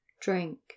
drink